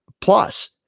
plus